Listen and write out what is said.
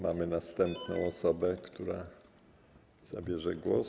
Mamy następną osobę, która zabierze głos.